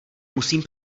musím